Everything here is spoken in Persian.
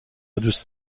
دوست